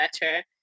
better